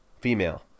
Female